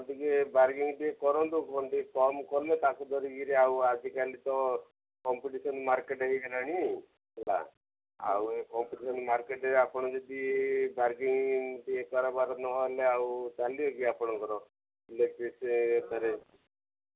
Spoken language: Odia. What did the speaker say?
ଟିକେ ବାର୍ଗେନିଂ ଟିକେ କରନ୍ତୁ କ'ଣ ଟିକେ କମ୍ କଲେ ତାକୁ ଧରିକିରି ଆଉ ଆଜିକାଲି ତ କମ୍ପିଟିସନ୍ ମାର୍କେଟ୍ ହେଇଗଲାଣି ହେଲା ଆଉ ଏ କମ୍ପିଟିସନ ମାର୍କେଟ୍ରେ ଆପଣ ଯଦି ବାର୍ଗେନିଂ ଟିକେ କରବାର ନହେଲେ ଆଉ ଚାଲିବ କି ଆପଣଙ୍କର ଇଲେକ୍ଟ୍ରି